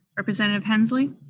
representative hensley?